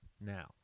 now